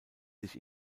sich